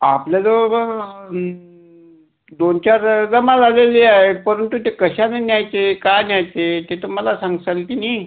आपल्याजवळ बा दोन चार जमा झालेली आहेत परंतु ते कशाने न्यायचे का न्यायचे ते तर मला सांगशाल की नाही